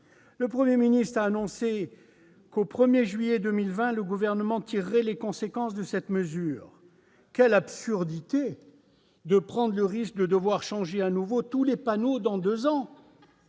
Le Premier ministre a annoncé que, au 1 juillet 2020, le Gouvernement tirerait les conséquences de cette mesure. Quelle absurdité de prendre le risque de devoir changer de nouveau tous les panneaux dans deux ans !